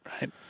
Right